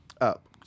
Up